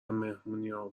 مهمانیها